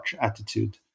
attitude